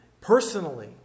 Personally